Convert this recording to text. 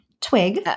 Twig